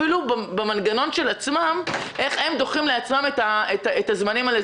אפילו במנגנון של עצמם איך הם דוחים לעצמם את הזמנים האלה.